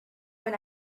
when